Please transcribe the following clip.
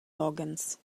loghens